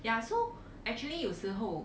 ya so actually 有时候